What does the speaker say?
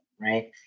Right